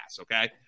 Okay